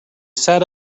sat